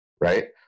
Right